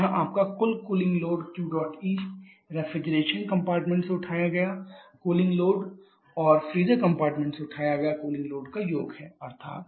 यहाँ आपका कुल cooling load Qdot E refrigeration compartment से उठाया गया कूलिंग लोड और फ्रीज़र कम्पार्टमेंट से उठाया गया कूलिंग लोड का योग है अर्थात